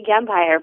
empire